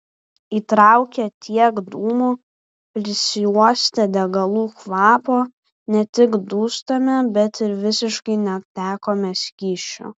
įtraukę tiek dūmų prisiuostę degalų kvapo ne tik dūstame bet ir visiškai netekome skysčių